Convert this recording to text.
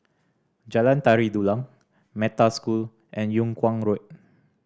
Jalan Tari Dulang Metta School and Yung Kuang Road